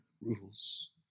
rules